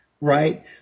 Right